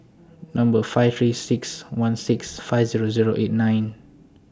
Number five three six one six five Zero Zero eight nine